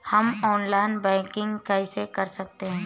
हम online banking कैसे कर सकते हैं?